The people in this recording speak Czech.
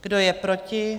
Kdo je proti?